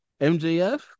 MJF